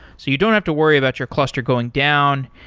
so you don't have to worry about your cluster going down,